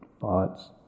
thoughts